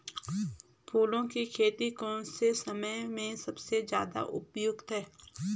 फूलों की खेती कौन से समय में सबसे ज़्यादा उपयुक्त है?